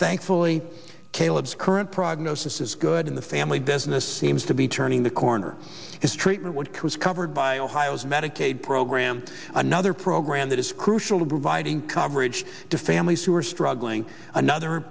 thankfully caleb's current prognosis is good in the family business seems to be turning the corner his treatment would cause covered by ohio's medicaid program another program that is crucial to providing coverage to families who are struggling another